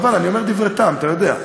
חבל, אני אומר דברי טעם, אתה יודע.